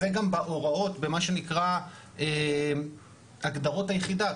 זה גם בהוראות במה שנקרא הגדרות היחידה.